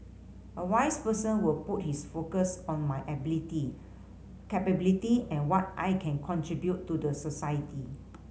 a wise person will put his focus on my ability capability and what I can contribute to the society